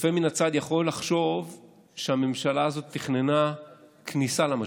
צופה מן הצד יכול לחשוב שהממשלה הזאת תכננה כניסה למשבר.